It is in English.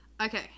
Okay